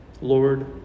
Lord